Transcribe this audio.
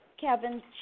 Kevin